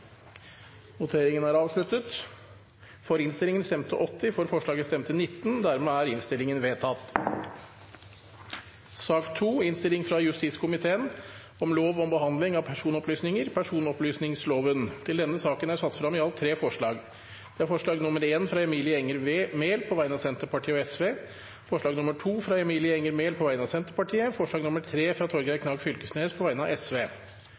debatten er det satt frem i alt tre forslag. Det er forslag nr. 1, fra Emilie Enger Mehl på vegne av Senterpartiet og Sosialistisk Venstreparti forslag nr. 2, fra Emilie Enger Mehl på vegne av Senterpartiet forslag nr. 3, fra Torgeir Knag Fylkesnes på vegne av